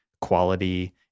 quality